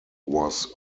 was